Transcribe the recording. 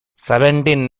seventeen